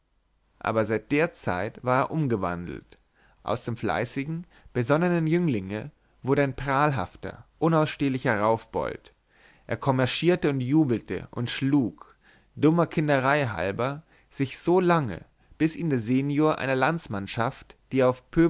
aber seit der zeit war er auch umgewandelt aus dem fleißigen besonnenen jünglinge wurde ein prahlhafter unausstehlicher raufbold er kommerschierte und jubelte und schlug dummer kinderei halber sich so lange bis ihn der senior einer landsmannschaft die er auf